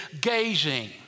gazing